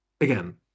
Again